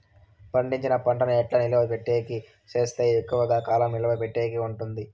పండించిన పంట ను ఎట్లా నిలువ పెట్టేకి సేస్తే ఎక్కువగా కాలం నిలువ పెట్టేకి ఉంటుంది?